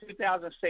2006